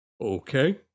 Okay